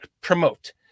promote